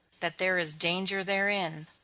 that there is danger therein,